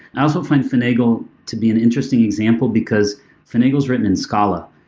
i also find finagle to be an interesting example, because finagle is written and scala.